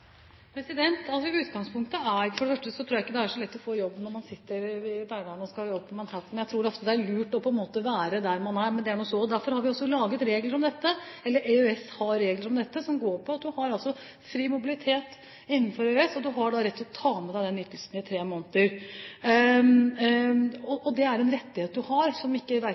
For det første tror jeg ikke det er så lett å få jobb når man sitter i Verdal og skal jobbe på Manhattan. Jeg tror at det ofte er lurt å være der man er, men det er nå så. Derfor har EØS regler om dette som går på at du har fri mobilitet innenfor EØS, og at du har rett til å ta med deg en ytelse i tre måneder. Det er en rettighet du har, som